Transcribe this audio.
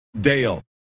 Dale